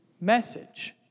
message